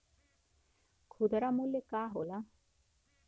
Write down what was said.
खुदरा मूल्य का होला?